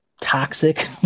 toxic